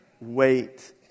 wait